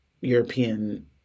european